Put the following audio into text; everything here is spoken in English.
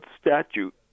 statute